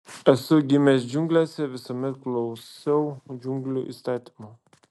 esu gimęs džiunglėse visuomet klausiau džiunglių įstatymų